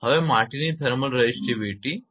હવે માટીની thermal resistivity 1